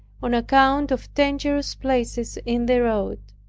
on account of dangerous places in the road.